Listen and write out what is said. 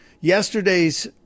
yesterday's